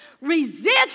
Resist